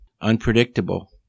unpredictable